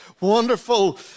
wonderful